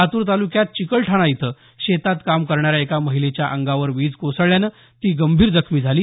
लातूर तालुक्यात चिकलठाणा इथं शेतात काम करणाऱ्या एका महिलेच्या अंगावर वीज कोसळल्यानं ती गंभीर जखमी झाली